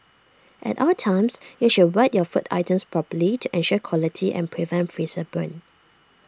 at all times you should wrap your food items properly to ensure quality and prevent freezer burn